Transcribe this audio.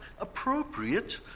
appropriate